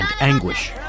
anguish